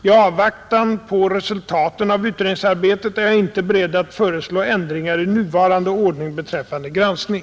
I avvaktan på resultaten av utredningsarbetet är jag inte beredd att föreslå ändringar i nuvarande ordning beträffande granskning.